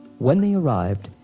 when they arrived,